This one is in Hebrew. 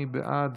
מי בעד?